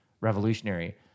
Revolutionary